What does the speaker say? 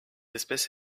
espèce